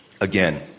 Again